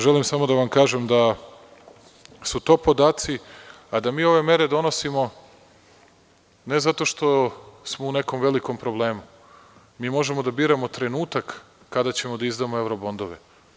Želim samo da vam kažem da su to podaci, a da mi ove mere donosimo ne zato što smo u nekom velikom problemu, mi možemo da biramo trenutak kada ćemo da izdamo evro-bondove.